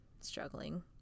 struggling